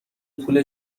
پول